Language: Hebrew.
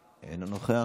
אינו נוכח,